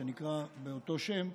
שנקרא באותו שם,